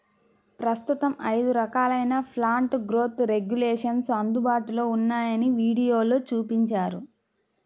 ప్రస్తుతం ఐదు రకాలైన ప్లాంట్ గ్రోత్ రెగ్యులేషన్స్ అందుబాటులో ఉన్నాయని వీడియోలో చూపించారు